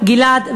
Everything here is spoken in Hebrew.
גלעד ויוטל.